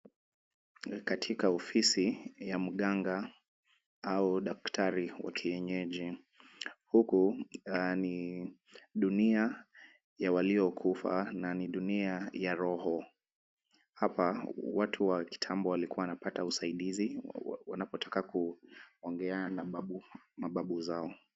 Ni katika ofisi ya mganga au daktari wa kienyeji. Huku ni dunia ya waliokufa na ni dunia ya roho. Hapa watu wa kitambo walikuwa wanapata usaidizi, wanapotaka kuongea na mababu zao.